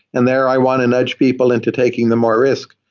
and there i want to nudge people into taking the more risk.